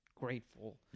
grateful